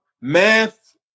math